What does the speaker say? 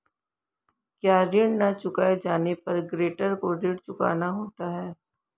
क्या ऋण न चुकाए जाने पर गरेंटर को ऋण चुकाना होता है?